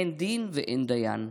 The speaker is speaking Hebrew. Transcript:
אין דין ואין דיין.